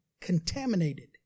contaminated